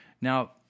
Now